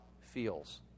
feels